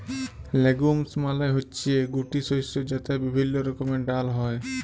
legumes মালে হচ্যে গুটি শস্য যাতে বিভিল্য রকমের ডাল হ্যয়